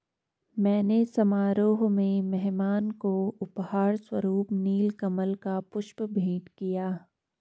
मैंने समारोह में मेहमान को उपहार स्वरुप नील कमल का पुष्प भेंट किया